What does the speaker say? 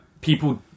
People